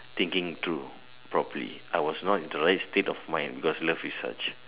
thinking through properly I was not in the right state of mind because love is such